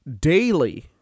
daily